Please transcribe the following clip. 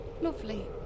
Lovely